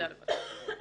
יודע לבד.